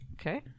Okay